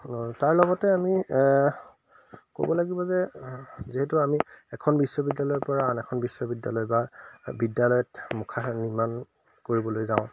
তাৰ লগতে আমি ক'ব লাগিব যে যিহেতু আমি এখন বিশ্ববিদ্যালয়ৰ পৰা আন এখন বিশ্ববিদ্যালয় বা বিদ্যালয়ত মুখা নিৰ্মাণ কৰিবলৈ যাওঁ